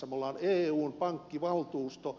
me olemme eun pankkivaltuusto